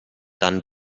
dann